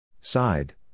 Side